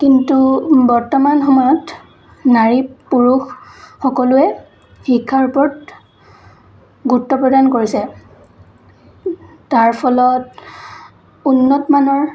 কিন্তু বৰ্তমান সময়ত নাৰী পুৰুষ সকলোৱে শিক্ষাৰ ওপৰত গুৰুত্ব প্ৰদান কৰিছে তাৰ ফলত উন্নতমানৰ